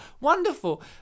Wonderful